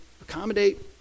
accommodate